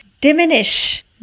diminish